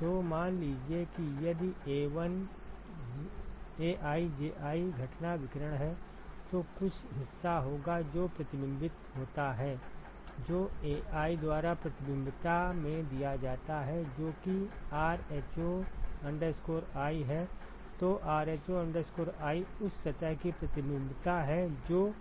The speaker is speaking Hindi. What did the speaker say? तो मान ली जिए कि यदि Ai Ji घटना विकिरण है तो कुछ हिस्सा होगा जो प्रतिबिंबित होता है जो Ai द्वारा प्रतिबिंबितता में दिया जाता है जो कि rho i है तो rho i उस सतह की प्रतिबिंबितता है जो